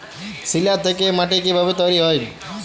শিলা থেকে মাটি কিভাবে তৈরী হয়?